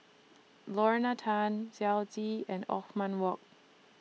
Lorna Tan Xiao Zi and Othman Wok